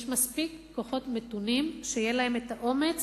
יש מספיק כוחות מתונים שיהיו להם האומץ